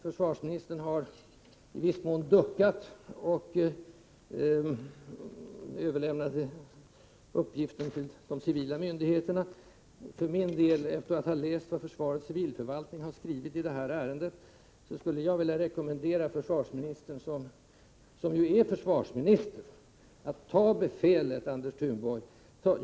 Försvarsministern har i viss mån duckat och överlämnat uppgiften till de civila myndigheterna. Efter att ha läst vad försvarets civilförvaltning skrivit i detta ärende skulle jag för min del vilja rekommendera försvarsministern att vara just försvarsminister: Ta befälet!